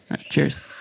Cheers